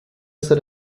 estar